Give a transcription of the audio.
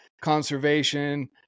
conservation